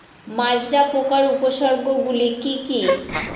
মাজরা পোকার উপসর্গগুলি কি কি?